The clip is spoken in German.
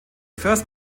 first